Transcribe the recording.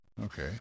okay